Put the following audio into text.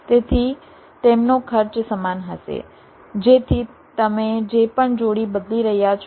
તેથી તેમનો ખર્ચ સમાન હશે જેથી તમે જે પણ જોડી બદલી રહ્યા છો